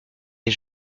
les